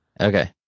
Okay